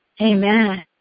Amen